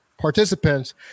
participants